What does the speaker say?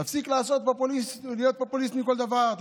תפסיק להיות פופוליסט בכל דבר,